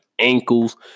ankles